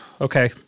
Okay